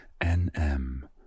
Nm